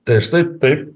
tai štai taip